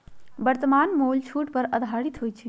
वर्तमान मोल छूट पर आधारित होइ छइ